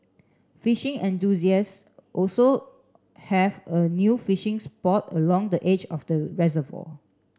fishing enthusiast will also have a new fishing spot along the edge of the reservoir